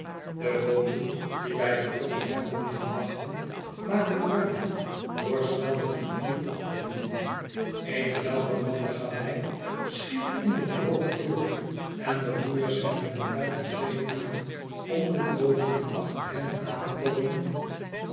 de booten die bij de bruggen hebben liggen wachten maken ruimte door snel de rivier op te roeien eene welbemande galei sehiet onder den boog door en de roeiers heffen een luid hoezee aan om de booten die achter hen aankomen